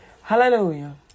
Hallelujah